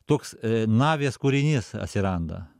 toks navjas kūrinys atsiranda